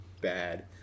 bad